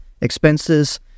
expenses